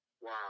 Wow